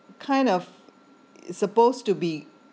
kind of suppose to be